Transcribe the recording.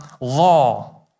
law